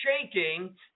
shaking